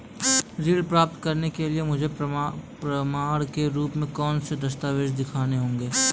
ऋण प्राप्त करने के लिए मुझे प्रमाण के रूप में कौन से दस्तावेज़ दिखाने होंगे?